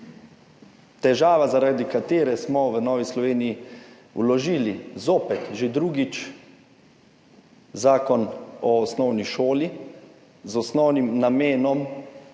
težava, zaradi katere smo v Novi Sloveniji vložili zopet, že drugič, Zakon o osnovni šoli, z osnovnim namenom